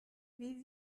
wie